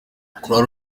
croix